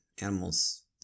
animals